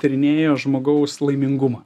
tyrinėjo žmogaus laimingumą